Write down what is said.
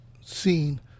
seen